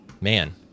man